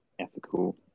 ethical